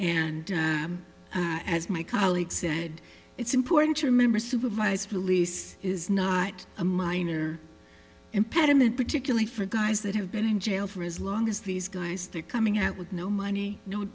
and as my colleague said it's important to remember supervised release is not a minor impediment particularly for guys that have been in jail for as long as these guys they're coming out with no money no